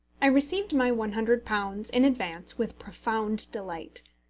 i received my one hundred pounds, in advance, with profound delight.